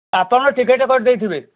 ଆପଣ ଟିକେଟ୍ କରି ଦେଇଥିବେ